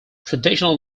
traditional